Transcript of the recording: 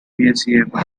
feasible